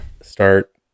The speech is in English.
start